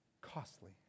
Costly